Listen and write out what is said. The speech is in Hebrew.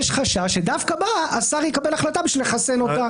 יש חשש שדווקא בה השר יקבל החלטה בשביל לחסן אותה